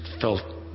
felt